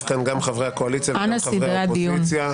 כאן גם חברי הקואליציה וגם חברי האופוזיציה.